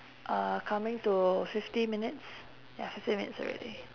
uh coming to fifty minutes ya fifty minutes already